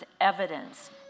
evidence